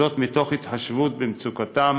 מתוך התחשבות במצוקתם